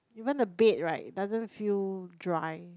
even the bed right doesn't feel dry